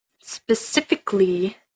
specifically